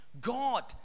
God